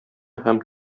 һәм